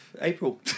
April